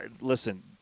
listen